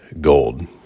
gold